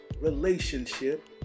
relationship